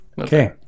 Okay